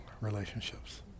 relationships